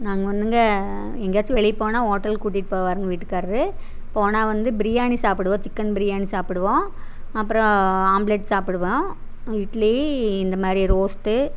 நாங்கள் வந்துங்க எங்கேயாச்சும் வெளியே போனால் ஹோட்டலுக்கு கூட்டிகிட்டு போவாருங்க வீட்டுக்காரர் போனால் வந்து பிரியாணி சாப்பிடுவோம் சிக்கன் பிரியாணி சாப்பிடுவோம் அப்புறம் ஆம்பலட் சாப்பிடுவோம் இட்லி இந்த மாதிரி ரோஸ்ட்டு